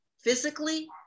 physically